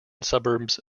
suburbs